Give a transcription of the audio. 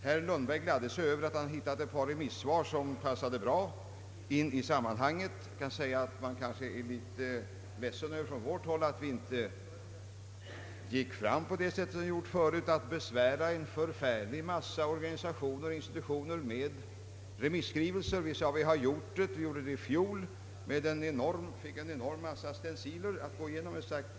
Herr Lundberg gladde sig nyss över att han hittat ett par remissvar som passade honom bra i sammanhanget. Jag kan säga att vi från vårt håll är litet ledsna över att vi inte gick fram på det sätt som tidigare och besvärade en förfärlig mängd organisationer och institutioner med remisskrivelser. Vi gjorde det i fjol och fick en enorm mängd stenciler att gå igenom.